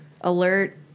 Alert